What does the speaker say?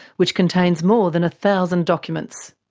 which contains more than a thousand documents.